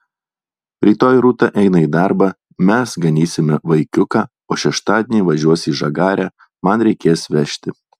rytoj rūta eina į darbą mes ganysime vaikiuką o šeštadienį važiuos į žagarę man reikės vežti